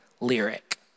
Lyric